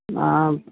आं